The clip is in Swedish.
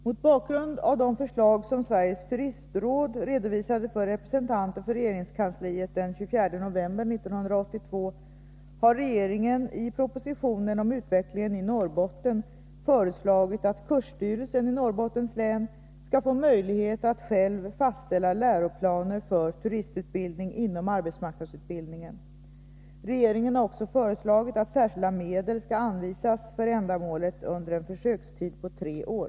Mot bakgrund av de förslag som Sveriges turistråd redovisade för representanter för regeringskansliet den 24 november 1982 har regeringen i propositionen om utvecklingen i Norrbotten föreslagit att kursstyrelsen i Norrbottens län skall få möjlighet att själv fastställa läroplaner för turistutbildning inom arbetsmarknadsutbildningen. Regeringen har också föreslagit att särskilda medel skall anvisas för ändamålet under en försökstid på tre år.